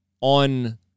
on